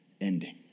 ending